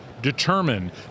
determine